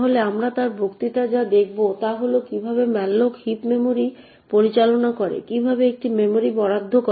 তাহলে আমরা তার বক্তৃতায় যা দেখব তা হল কিভাবে malloc হিপ মেমরি পরিচালনা করে কিভাবে এটি মেমরি বরাদ্দ করে